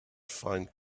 find